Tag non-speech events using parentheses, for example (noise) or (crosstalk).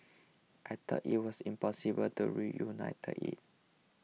I thought it was impossible to reunited (unintelligible)